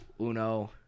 uno